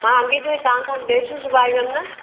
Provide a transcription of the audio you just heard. मां अॻिए बि तव्हांखा ड्रैस्यूं सिबाए वियमि न